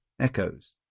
Echoes